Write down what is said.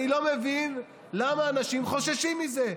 אני לא מבין למה אנשים חוששים מזה.